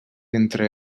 entre